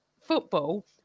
football